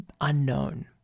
unknown